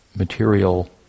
material